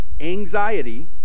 anxiety